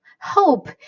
hope